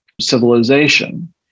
civilization